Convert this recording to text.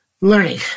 learning